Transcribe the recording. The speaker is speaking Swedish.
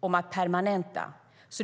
om att permanenta alkobommar.